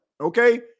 okay